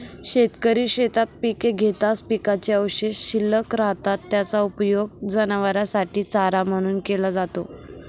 शेतकरी शेतात पिके घेतात, पिकाचे अवशेष शिल्लक राहतात, त्याचा उपयोग जनावरांसाठी चारा म्हणून केला जातो